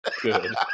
Good